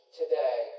today